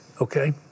okay